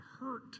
hurt